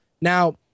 now